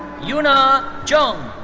yoona choung.